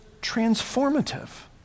transformative